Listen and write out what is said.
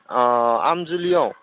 अ आमजुलियाव